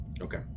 okay